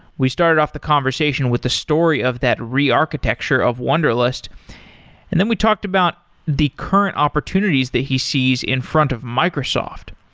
we started off the conversation with the story of that re-architecture of wunderlist and then we talked about the current opportunities that he sees in front of microsoft.